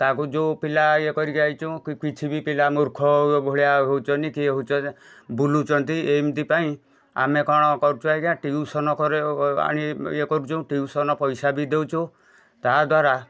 ତାକୁ ଯଉ ପିଲା ଇଏ କରିକି ଆସିଛୁ କି କିଛି ବି ପିଲା ମୂର୍ଖ ଭଳିଆ ହେଉଛନ୍ତି ବୁଲୁଚନ୍ତି ଏମିତିପାଇଁ ଆମେ କଣ କରୁଛୁ ଆଜ୍ଞା ଟିଉସନ୍ ଆଣି ଇଏ କରୁଛୁ ଟିଉସନ୍ ପଇସା ବି ଦେଉଛୁ ତା ଦ୍ଵାରା